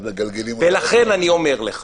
אז מגלגלים --- ולכן אני אומר לך,